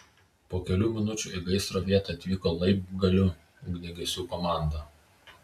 po kelių minučių į gaisro vietą atvyko laibgalių ugniagesių komanda